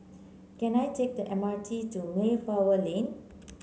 can I take the M R T to Mayflower Lane